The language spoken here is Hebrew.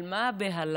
על מה הבהלה?